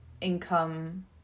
income